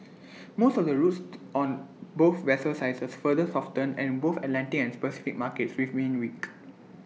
most of the routes on both vessel sizes further softened and both Atlantic and Pacific markets remained weak